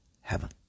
Heaven